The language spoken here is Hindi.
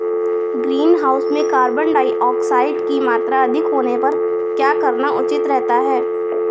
ग्रीनहाउस में कार्बन डाईऑक्साइड की मात्रा अधिक होने पर क्या करना उचित रहता है?